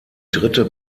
dritte